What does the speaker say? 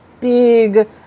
big